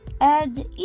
add